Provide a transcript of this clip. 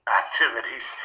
activities